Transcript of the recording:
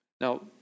Now